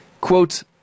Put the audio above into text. Quote